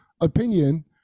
opinion